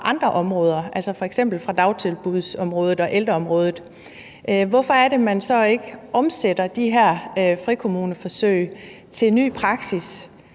fra andre områder, altså f.eks. fra dagtilbudsområdet og ældreområdet? Hvorfor er det, at man så ikke omsætter de her frikommuneforsøg til ny praksis